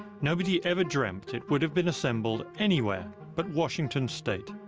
nobody ever dreamt it would have been assembled anywhere but washington state.